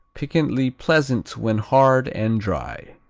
piquantly pleasant when hard and dry.